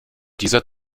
dieser